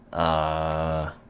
a